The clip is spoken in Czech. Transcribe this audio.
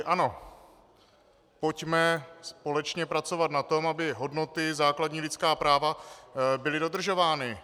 Ano, pojďme společně pracovat na tom, aby hodnoty, základní lidská práva, byly dodržovány.